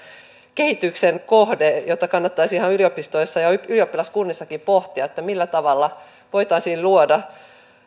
kehityksen kohde jota kannattaisi ihan yliopistoissa ja ylioppilaskunnissakin pohtia millä tavalla voitaisiin luoda